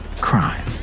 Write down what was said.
crime